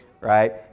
right